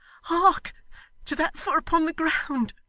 hark to that foot upon the ground.